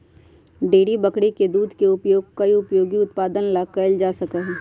dairy बकरी के दूध के उपयोग कई उपयोगी उत्पादन ला कइल जा सका हई